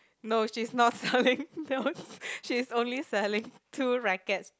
no she is not selling no she is only selling two rackets